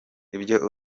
ibyo